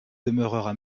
demeura